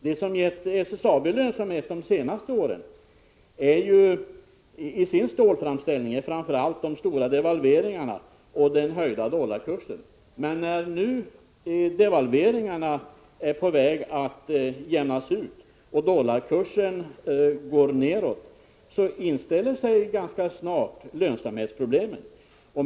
Det som gett SSAB lönsamhet i dess stålframställning de senaste åren är framför allt de stora devalveringarna och den höjda dollarkursen. Men nu är devalveringseffekterna på väg att utjämnas, och dollarkursen går nedåt. Då inställer sig ganska snart lönsamhetsproblemen.